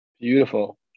Beautiful